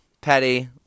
petty